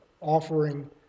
offering